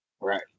Right